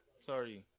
Sorry